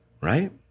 right